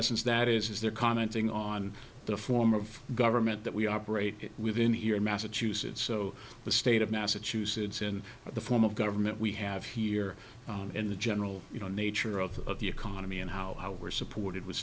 essence that is they're commenting on the form of government that we operate within here in massachusetts so the state of massachusetts in the form of government we i have here in the general you know nature of the economy and how we're supported w